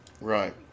Right